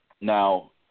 Now